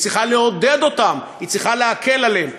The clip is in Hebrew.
היא צריכה לעודד אותם, היא צריכה להקל עליהם.